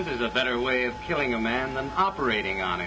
this is a better way of killing a man than operating on